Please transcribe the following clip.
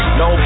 no